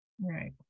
Right